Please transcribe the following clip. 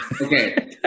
Okay